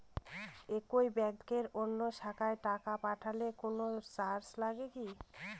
একই ব্যাংকের অন্য শাখায় টাকা পাঠালে কোন চার্জ লাগে কি?